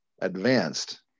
advanced